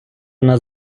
нас